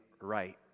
right